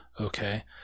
Okay